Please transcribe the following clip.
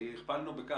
שהכפלנו.